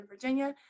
Virginia